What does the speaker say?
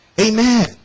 amen